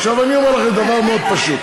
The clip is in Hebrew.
עכשיו, אני אומר לכם דבר מאוד פשוט: